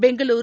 Bengaluru